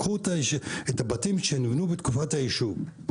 קחו את הבתים שנבנו בתקופת היישוב,